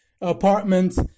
apartment